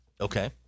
Okay